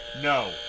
no